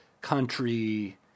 country